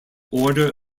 order